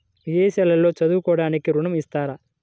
విదేశాల్లో చదువుకోవడానికి ఋణం ఇస్తారా?